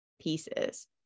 pieces